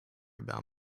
about